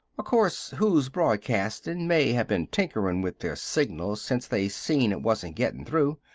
course, who's broadcastin' may have been tinkerin' with their signal since they seen it wasn't gettin' through.